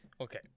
Okay